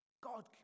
God